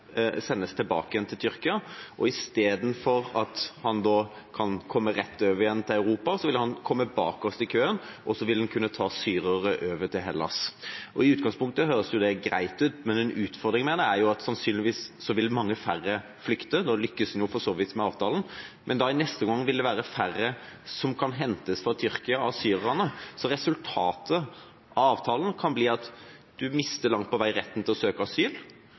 sendes tilbake til Tyrkia. I stedet for at en da kan komme rett over igjen til Europa, vil en komme bakerst i køen, og så vil en kunne ta syrere over til Hellas. I utgangspunktet høres det greit ut, men utfordringen med det er at mange færre sannsynligvis vil flykte. Da lykkes man for så vidt med avtalen, men i neste omgang vil det være færre syrere som kan hentes fra Tyrkia. Så resultatet av avtalen kan bli at en langt på vei mister retten til å søke asyl,